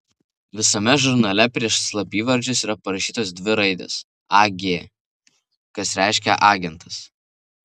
visame žurnale prieš slapyvardžius yra parašytos dvi raidės ag kas reiškia agentas